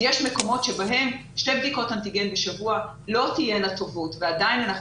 יש מקומות בהם שתי בדיקות אנטיגן בשבוע לא תהיינה טובות ועדיין אנחנו